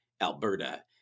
Alberta